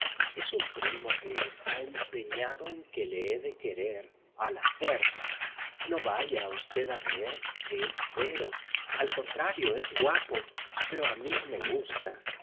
es un primo que está empeñado en que le he de querer a la fuerza no vaya v a creer que es feo al contrario es guapo pero a mí no me gusta